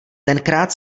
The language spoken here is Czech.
tenkrát